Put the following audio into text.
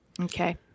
Okay